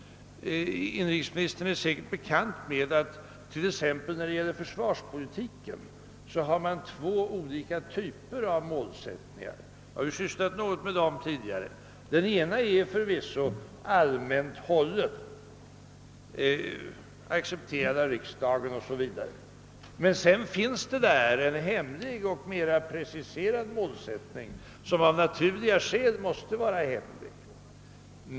Inrikesministern är säkert bekant med att man t.ex. i fråga om försvarspolitiken har två olika typer av målsättningar; vi har ju sysslat litet med dem tidigare. Den ena är förvisso allmänt hållen, accepterad av riksdagen o. s. v. Men sedan finns det en hemlig och mera preciserad målsättning som av naturliga skäl måste vara hemlig.